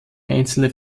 einzelne